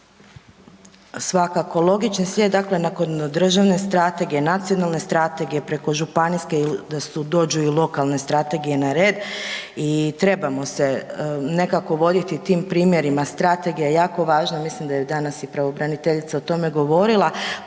se ne razumije/…, dakle nakon državne strategije, nacionalne strategije, preko županijske da su dođu i lokalne strategije na red i trebamo se nekako voditi tim primjerima, strategija je jako važno, mislim da je danas i pravobraniteljica o tome govorila,